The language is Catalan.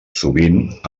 sovint